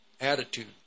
attitude